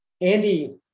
Andy